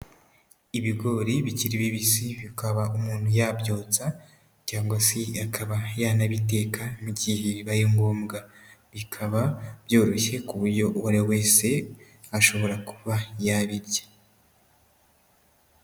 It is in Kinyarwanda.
Ibigori bikiri bibisi bikaba umuntu yabyotsa cyangwa se akaba yanabiteka mu gihe bibaye ngombwa, bikaba byoroshye ku buryo uwo ari we wese ashobora kuba yabirya.